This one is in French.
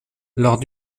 lors